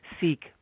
seek